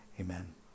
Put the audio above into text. Amen